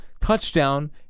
touchdown